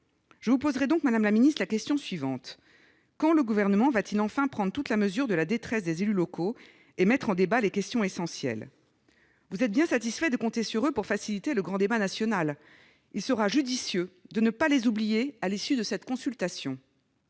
Je vous pose donc, madame la ministre, la question suivante : quand le Gouvernement prendra-t-il enfin toute la mesure de la détresse des élus locaux et mettra-t-il en débat les questions essentielles ? Vous êtes bien satisfaits de pouvoir compter sur eux pour faciliter le grand débat national ; il sera judicieux de ne pas les oublier à l'issue de cette consultation.